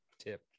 tip